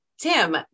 Tim